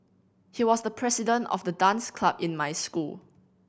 he was the president of the dance club in my school